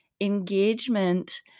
engagement